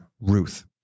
Ruth